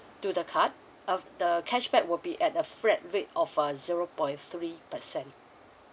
to the card of the cashback will be at a flat rate of a zero point three percent